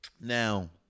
Now